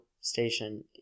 station